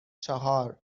چهار